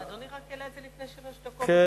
אדוני העלה את זה רק לפני שלוש דקות,